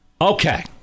okay